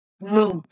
move